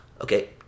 Okay